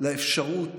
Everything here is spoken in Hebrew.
לאפשרות